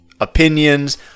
opinions